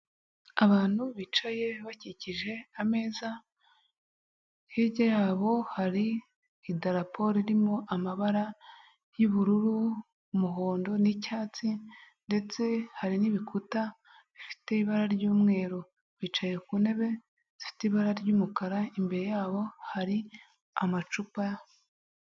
Abantu bicaye bakikije ameza, hirya yabo hari idaraporo irimo amabara y'ubururu, umuhondo n'icyatsi ndetse hari n'ibikuta bifite ibara ry'umweru, bicaye ku ntebe zifite ibara ry'umukara, imbere yabo hari amacupa.